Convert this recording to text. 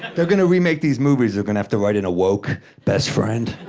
they're gonna remake these movies. they're gonna have to write in a woke best friend.